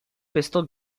pistol